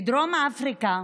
בדרום אפריקה,